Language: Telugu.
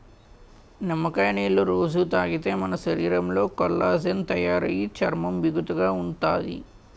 నిమ్మకాయ నీళ్ళు రొజూ తాగితే మన శరీరంలో కొల్లాజెన్ తయారయి చర్మం బిగుతుగా ఉంతాది